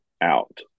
out